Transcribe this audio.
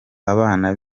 abana